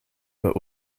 but